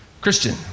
Christian